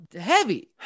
heavy